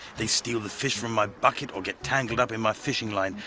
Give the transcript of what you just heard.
they steal the fish from my bucket, or get tangled up in my fishing line,